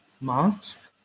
marks